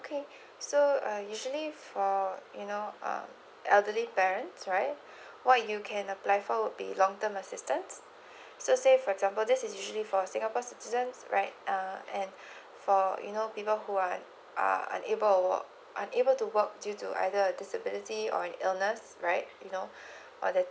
okay so usually for you know uh elderly parents right what you can apply for would be long term assistance so say for example this is usually for singapore citizens right uh and for you know people who are unable uh unable to work due to either disability or illness right you know